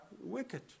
wicked